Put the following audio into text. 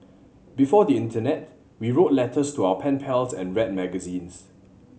before the internet we wrote letters to our pen pals and read magazines